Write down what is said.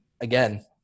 again